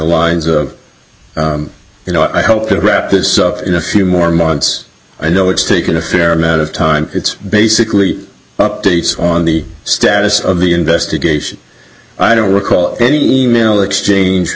lines of you know i hope to wrap this up in a few more months i know it's taken a fair amount of time it's basically updates on the status of the investigation i don't recall any e mail exchange